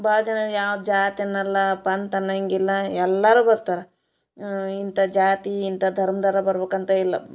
ಭಾಳ ಜನ ಯಾವ ಜಾತಿ ಅನ್ನಲ್ಲ ಪಂಥ ಅನ್ನೊಂಗಿಲ್ಲ ಎಲ್ಲರು ಬರ್ತಾರೆ ಇಂತ ಜಾತಿ ಇಂತ ಧರ್ಮ್ದೋರೆ ಬರಬೇಕಂತ ಇಲ್ಲ